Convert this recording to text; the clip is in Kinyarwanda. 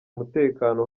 umutekano